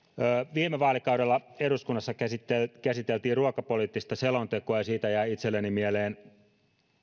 viime vaalikaudella eduskunnassa käsiteltiin ruokapoliittista selontekoa ja siitä jäi itselleni mieleen